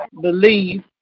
believe